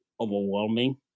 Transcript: overwhelming